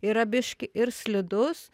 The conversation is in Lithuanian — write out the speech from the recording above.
yra biški ir slidus